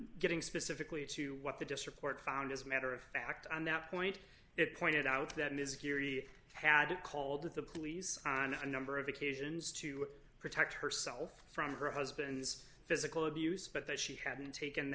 getting specifically to what the district court found as a matter of fact on that point it pointed out that it is here he had called the police on a number of occasions to protect herself from her husband's physical abuse but that she hadn't taken